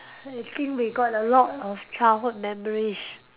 I think we got a lot of childhood memories